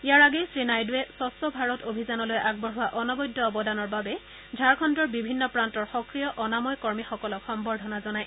ইয়াৰ আগেয়ে শ্ৰীনাইডুৱে স্বচ্ছ ভাৰত অভিযানলৈ আগবঢ়োৱা অনবদ্য অৱদানৰ বাবে ঝাৰখণ্ডৰ বিভিন্ন প্ৰান্তৰ সক্ৰিয় অনাময় কৰ্মীসকলক সম্বৰ্দ্ধনা জনায়